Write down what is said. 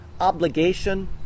obligation